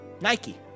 Nike